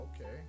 okay